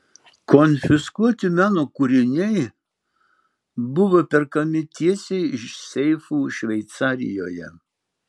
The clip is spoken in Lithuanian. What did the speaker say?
konfiskuoti meno kūriniai buvo perkami tiesiai iš seifų šveicarijoje